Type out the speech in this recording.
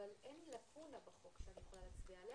אבל אין לאקונה בחוק שאני יכולה להצביע עליה,